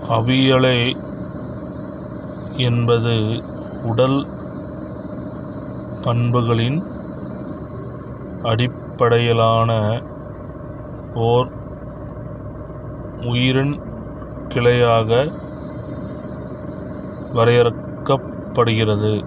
அவியாலே என்பது உடல் பண்புகளின் அடிப்படையிலான ஓர் உயிரின கிளையாக வரையறுக்கப்படுகிறது